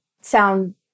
sound